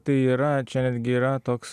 tai yra čia netgi yra toks